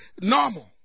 normal